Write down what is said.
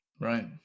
right